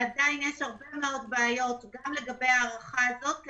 עדיין יש הרבה מאוד בעיות גם לגבי ההארכה הזאת,